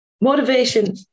Motivation